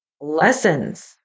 lessons